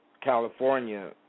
California